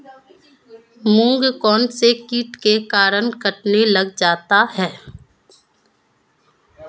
मूंग कौनसे कीट के कारण कटने लग जाते हैं?